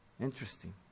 Interesting